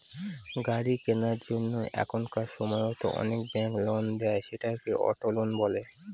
গাড়ি কেনার জন্য এখনকার সময়তো অনেক ব্যাঙ্ক লোন দেয়, সেটাকে অটো লোন বলে